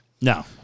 no